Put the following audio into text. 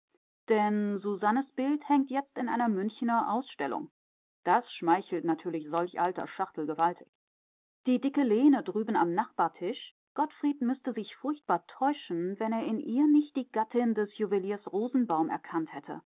denn susannes bild hängt jetzt in einer münchener ausstellung das schmeichelt natürlich solch alter schachtel gewaltig die dicke lene drüben am nachbartisch gottfried müßte sich furchtbar täuschen wenn er in ihr nicht die gattin des juweliers rosenbaum erkannt hätte